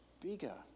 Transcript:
bigger